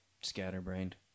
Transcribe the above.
scatterbrained